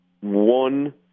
one